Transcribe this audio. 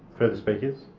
further speakers?